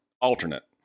alternate